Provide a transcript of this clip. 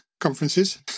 conferences